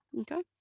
Okay